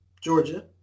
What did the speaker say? Georgia